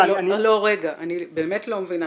אני באמת לא מבינה.